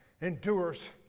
endures